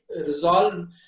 resolve